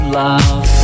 love